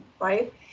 right